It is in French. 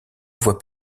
voie